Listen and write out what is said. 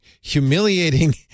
humiliating